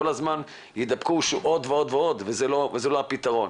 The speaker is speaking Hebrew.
כל הזמן יידבקו עוד ועוד וזה לא הפתרון.